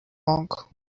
monk